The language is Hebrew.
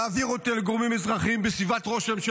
להעביר אותו לגורמים אזרחיים בסביבת ראש הממשלה,